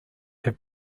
have